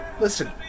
Listen